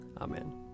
Amen